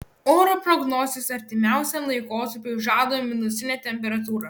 oro prognozės artimiausiam laikotarpiui žada minusinę temperatūrą